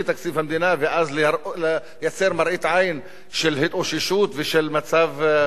לייצר מראית עין של התאוששות ושל מצב יציב,